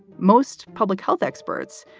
most public health experts,